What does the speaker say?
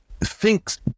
thinks